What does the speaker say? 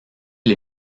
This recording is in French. les